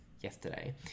yesterday